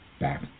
back